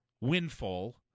windfall